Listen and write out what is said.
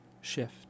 Shift